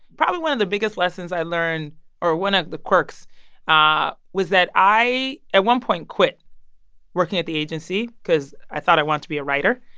probably one of the biggest lessons i learned or one of the quirks ah was that i at one point quit working at the agency because i thought i wanted to be a writer.